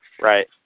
Right